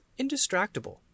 Indistractable